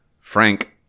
Frank